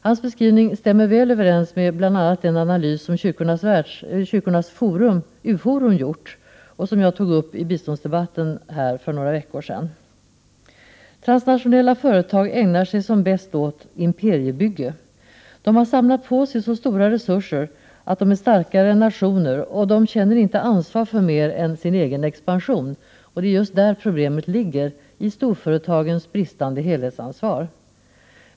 Hans beskrivning stämmer väl överens med den analys som kyrkornas U-forum gjort och som jag berörde i biståndsdebatten för några veckor sedan. Transnationella företag ägnar sig som bäst åt imperiebygge. De har samlat på sig så stora resurser att de är starkare än nationer, och de känner inte ansvar för mer än sin egen expansion. Och det är just där problemet ligger, i storföretagens bristande helhetsansvar.